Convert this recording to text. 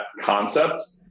concept